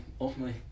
ultimately